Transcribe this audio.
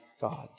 God